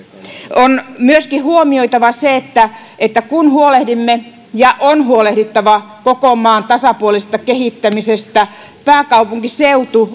on myöskin huomioitava se että että kun huolehdimme ja on huolehdittava koko maan tasapuolisesta kehittämisestä pääkaupunkiseutu